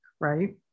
Right